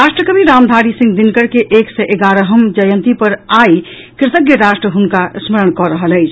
राष्ट्र कवि रामधारी सिंह दिनकर के एक सय एगारहम जयंती पर आई कृतज्ञ राष्ट्र हुनका स्मरण कऽ रहल अछि